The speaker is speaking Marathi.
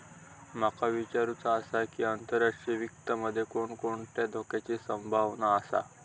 माका विचारुचा आसा की, आंतरराष्ट्रीय वित्त मध्ये कोणकोणत्या धोक्याची संभावना आसा?